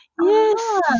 yes